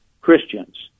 Christians